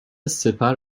سپر